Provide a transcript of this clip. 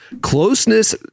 closeness